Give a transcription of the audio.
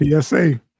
psa